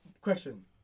question